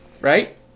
right